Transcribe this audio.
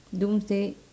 don't say